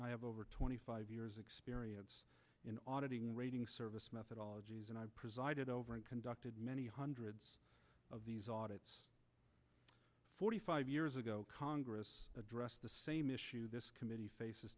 i have over twenty five years experience in auditing rating service methodologies and i've presided over and conducted many hundreds of these audit forty five years ago congress addressed the same issue this committee faces